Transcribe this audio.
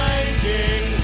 Finding